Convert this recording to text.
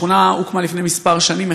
השכונה הוקמה לפני כמה שנים,